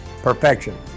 Perfection